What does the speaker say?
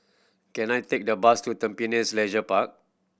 can I take the bus to Tampines Leisure Park